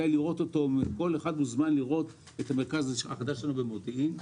כל אחד מוזמן לראות את המרכז החדש שלנו במודיעין.